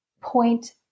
point